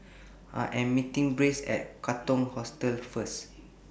I Am meeting Bryce At Katong Hostel First